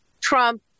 Trump